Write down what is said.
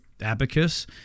Abacus